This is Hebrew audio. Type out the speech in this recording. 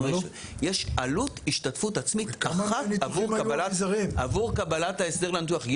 יש עלות השתתפות עצמית אחת עבור קבלת ההסדר לניתוח.